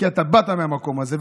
כי אתה באת מהמקום הזה,